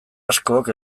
askok